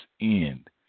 end